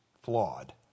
flawed